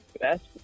best